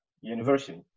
university